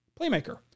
playmaker